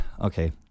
okay